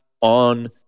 on